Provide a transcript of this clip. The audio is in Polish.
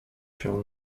się